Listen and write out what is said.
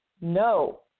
no